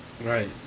Right